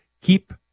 keep